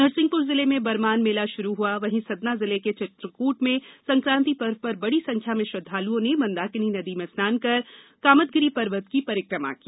नरसिंहपुर जिले में बरमान मेला शुरू हुआ वहीं सतना जिले के चित्रकूट में संक्रांति पर्व पर बड़ी संख्या में श्रद्वालुओं ने मंदाकिनी नदी में स्नान कर कामदगिरि पर्वत की परिक्रमा की